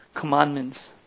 commandments